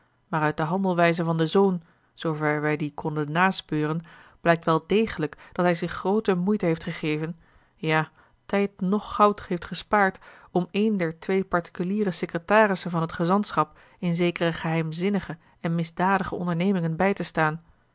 maar uit de handelwijze van den zoon zoover wij die konden naspeuren blijkt wel degelijk dat hij zich groote moeite heeft gegeven ja tijd noch goud heeft gespaard om een der twee particuliere secretarissen van het gezantschap in zekere geheimzinnige en misdadige ondernemingen bij te staan